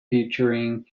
featuring